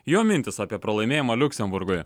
jo mintys apie pralaimėjimą liuksemburgui